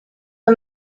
the